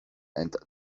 and